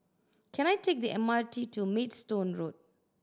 can I take the M R T to Maidstone Road